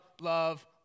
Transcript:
love